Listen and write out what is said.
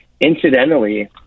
Incidentally